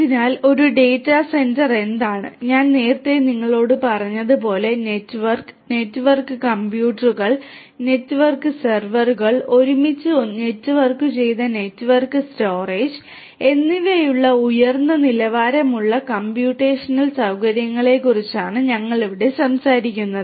അതിനാൽ ഒരു data centre എന്താണ് ഞാൻ നേരത്തെ നിങ്ങളോട് പറഞ്ഞതുപോലെ നെറ്റ്വർക്ക് നെറ്റ്വർക്ക് കമ്പ്യൂട്ടറുകൾ നെറ്റ്വർക്ക്ഡ് സെർവറുകൾ ഒരുമിച്ച് നെറ്റ്വർക്കുചെയ്ത നെറ്റ്വർക്ക് സ്റ്റോറേജ് എന്നിവയുള്ള ഉയർന്ന നിലവാരമുള്ള കമ്പ്യൂട്ടേഷണൽ സൌകര്യങ്ങളെക്കുറിച്ചാണ് ഞങ്ങൾ ഇവിടെ സംസാരിക്കുന്നത്